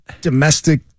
domestic